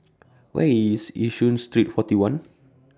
Where IS Yishun Street forty one